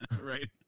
Right